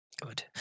Good